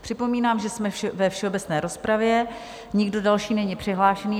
Připomínám, že jsme ve všeobecné rozpravě, nikdo další není přihlášen.